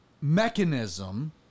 mechanism